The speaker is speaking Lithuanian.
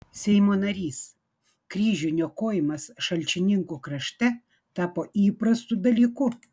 seimo narys kryžių niokojimas šalčininkų krašte tapo įprastu dalyku